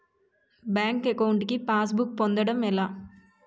Bank account కి passbook పొందడం ఎలా?